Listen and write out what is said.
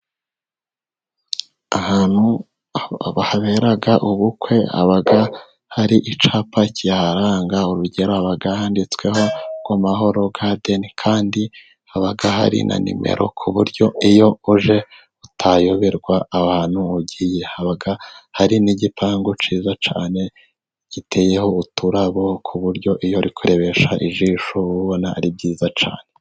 Ahantu habera ubukwe haba hari icyapa kiharanga, urugero haba handitsweho amahoro gadeni. Kandi haba hari na nimero ku buryo iyo uje utayoberwa ahantu ugiye. Haba hari n'igipangu cyiza cyane giteyeho uturabo ku buryo iyo uri kurebesha ijisho ubona ari byiza cyane.